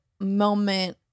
moment